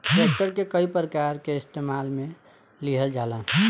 tractor के कई प्रकार के इस्तेमाल मे लिहल जाला